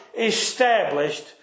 established